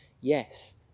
yes